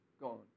gone